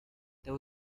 there